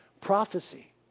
Prophecy